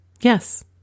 Yes